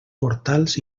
portals